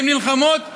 הן נלחמות בגבולות,